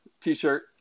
t-shirt